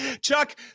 chuck